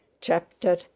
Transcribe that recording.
Chapter